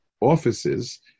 offices